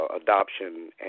adoption